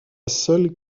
seule